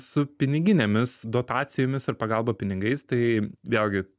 su piniginėmis dotacijomis ir pagalba pinigais tai vėlgi